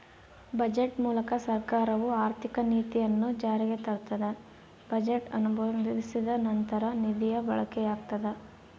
budget ಮೂಲಕ ಸರ್ಕಾರವು ಆರ್ಥಿಕ ನೀತಿಯನ್ನು ಜಾರಿಗೆ ತರ್ತದ ಬಜೆಟ್ ಅನುಮೋದಿಸಿದ ನಂತರ ನಿಧಿಯ ಬಳಕೆಯಾಗ್ತದ